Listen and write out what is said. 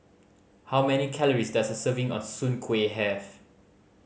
how many calories does a serving of soon kway have